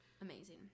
Amazing